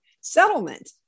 settlement